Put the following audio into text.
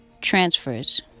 Transfers